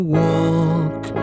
walk